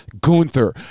Gunther